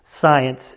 science